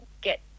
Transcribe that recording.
get